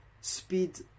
speed